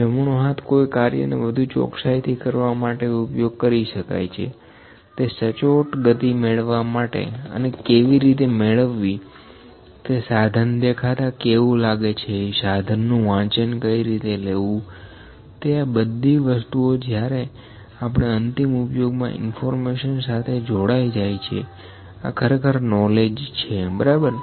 જમણો હાથ કોઇ કાર્ય ને વધુ ચોકસાઇ થી કરવા મટે ઉપયોગ કરી શકાય છેતે સચોટ ગતિ મેળવવા માટે અને કેવી રીતે મેળવવી તે સાધન દેખાતા કેવું લાગે છે સાધન નું વાંચન કઈ રીતે લેવું તેઆં બધી વસ્તુઓ જ્યારે આપણે અંતિમ ઉપયોગમાં ઇન્ફોર્મેશન સાથે જોડાઇ જાય છે આ ખરેખર નોલેજ છે બરાબર